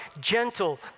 gentle